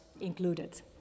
included